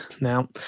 now